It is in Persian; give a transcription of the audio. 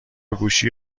گوشی